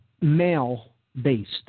male-based